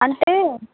అంటే